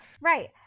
Right